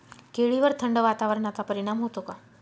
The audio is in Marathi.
केळीवर थंड वातावरणाचा परिणाम होतो का?